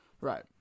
Right